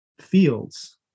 fields